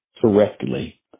correctly